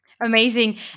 Amazing